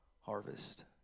harvest